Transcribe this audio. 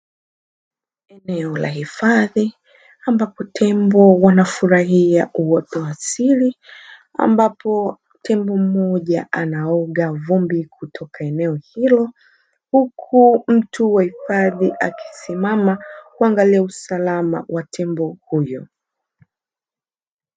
Eneo la hifadhi ambapo tembo wanafurahia uoto wa asili, ambapo tembo moja anaoga vumbi kutoka eneo hilo huku mtu wa hifadhi akisimama kuangalia usalama wa tembo huyo.